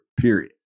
period